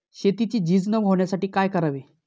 शेतीची झीज न होण्यासाठी काय करावे?